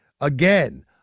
Again